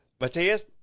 Matthias